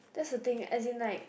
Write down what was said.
that's a thing as in like